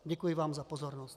Děkuji vám za pozornost.